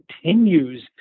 continues